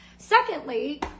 Secondly